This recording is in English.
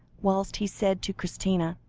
whilst he said to christina